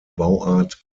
bauart